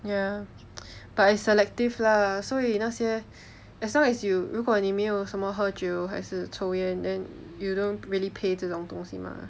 ya but it's selective lah 所以那些 as long as you 如果你没有什么喝酒还是抽烟 then you don't really pay 这种东西 mah